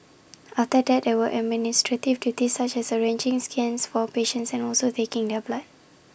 after that there were administrative duties such as arranging scans for patients and also taking their blood